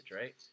right